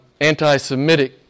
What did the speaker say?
anti-Semitic